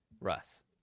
Russ